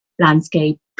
landscape